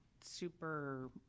super